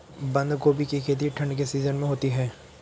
बंद गोभी की खेती ठंड के सीजन में होती है